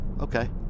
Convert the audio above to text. okay